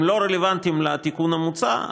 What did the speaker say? הן לא רלוונטיות לתיקון המוצע,